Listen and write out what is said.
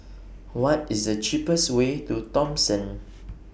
What IS The cheapest Way to Thomson